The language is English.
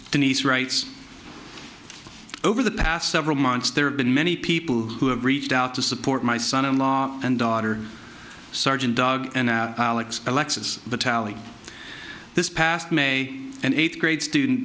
denise writes over the past several months there have been many people who have reached out to support my son in law and daughter sargent dog and alexis the tally this past may and eighth grade student